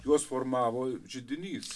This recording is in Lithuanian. juos formavo židinys